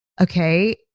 okay